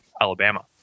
Alabama